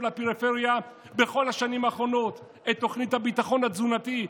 לפריפריה בכל השנים האחרונות: את תוכנית הביטחון התזונתי,